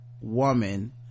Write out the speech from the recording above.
woman